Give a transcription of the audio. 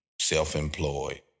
self-employed